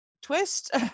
twist